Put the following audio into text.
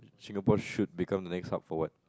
Singapore should become the next hub for what